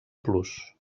plus